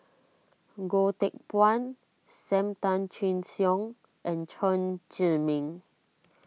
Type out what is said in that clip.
Goh Teck Phuan Sam Tan Chin Siong and Chen Zhiming